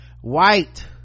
white